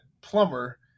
Plumber